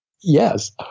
Yes